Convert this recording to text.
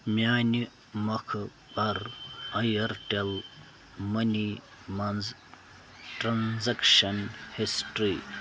میٛانہِ مۄکھٕ پَر اَیَرٹٮ۪ل مٔنی منٛز ٹرٛانزَکشَن ہِسٹِرٛی